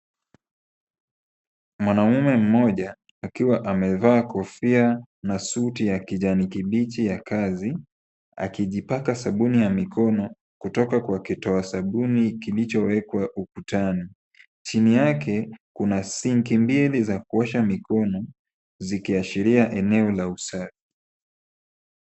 Mwanaume mmoja akiwa amevaa kofia na suti ya kijani kibichi ya kazi akijipaka sabuni ya mikono kutoka kwa kitoa sabuni kilichowekwa ukutani. Chini yake, Kuna sinki mbili za kuosha mikono ikiashiria eneo la usafi.